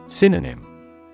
Synonym